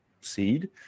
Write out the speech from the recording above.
seed